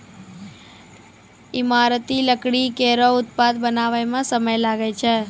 ईमारती लकड़ी केरो उत्पाद बनावै म समय लागै छै